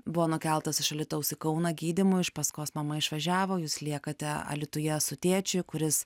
buvo nukeltas iš alytaus į kauną gydymui iš paskos mama išvažiavo jūs liekate alytuje su tėčiui kuris